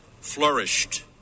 flourished